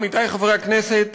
עמיתי חברי הכנסת,